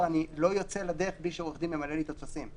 אני לא יוצא לדרך מבלי שעורך דין ממלא לי את הטפסים.